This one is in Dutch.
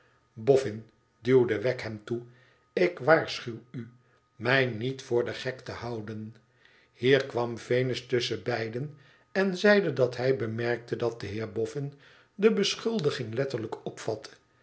duwde wegg hem toe ik waarschuw u mij niet voor den gek te houden hier kwam venus tusschen beiden en zeide dat hij bemerkte dat de heer boffin de beschuldiging letterlijk opvatte